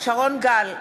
שרון גל,